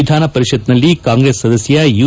ವಿಧಾನಪರಿಷತ್ನಲ್ಲಿ ಕಾಂರೆಸ್ ಸದಸ್ಯ ಯು